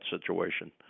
situation